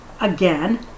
again